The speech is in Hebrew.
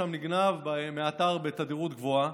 והסולר שם נגנב מהאתר בתדירות גבוהה.